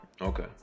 Okay